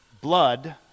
Blood